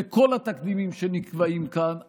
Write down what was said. וכל התקדימים שנקבעים כאן,